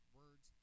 words